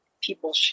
people